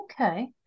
Okay